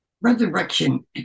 Resurrection